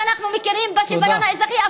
ואנחנו מכירים בשוויון האזרחי,